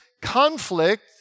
conflict